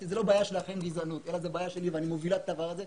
גזענות היא לא בעיה אלא זו בעיה שלי ואני מובילה את הדבר הזה,